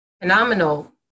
phenomenal